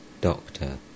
Doctor